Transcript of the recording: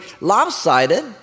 lopsided